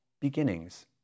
beginnings